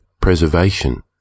preservation